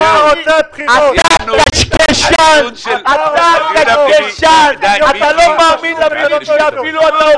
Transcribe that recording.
אתה קשקשן, אתה לא מאמין אפילו למילים של עצמך.